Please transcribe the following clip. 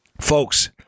Folks